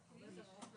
בואו ניישר קו.